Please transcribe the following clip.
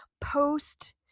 post